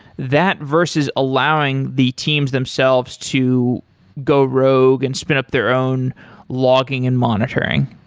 that versus allowing the teams themselves to go rogue and spin up their own logging and monitoring?